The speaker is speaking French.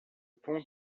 pont